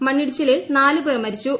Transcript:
മണ്ണിടിച്ചിലിൽ നാല് പേർ മരിച്ചു